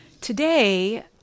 today